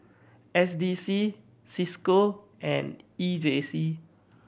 S D C Cisco and E J C